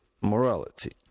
morality